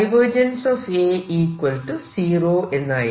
A 0 എന്നായിരുന്നു